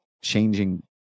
changing